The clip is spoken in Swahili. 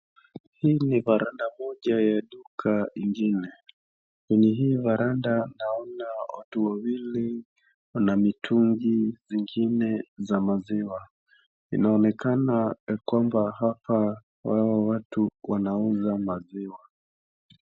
Hii ni varanda moja ya duka ingine, kwenye hii varanda naona watu wawili wana mitungi zingine za maziwa, inaonekana kwamba hapa hawa watu wanauza maziwa.